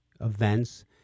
events